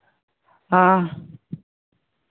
हाँ